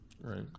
right